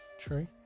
True